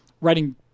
writing